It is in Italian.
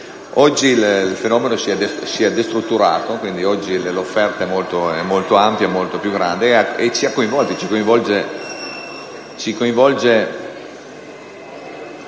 Oggi il fenomeno si è destrutturato, quindi l'offerta è molto ampia, molto più grande e ci coinvolge probabilmente